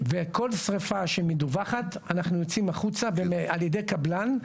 וכל שריפה שמדווחת אנחנו יוצאים החוצה על-ידי קבלן,